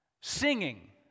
singing